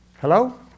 Hello